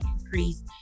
increase